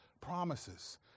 promises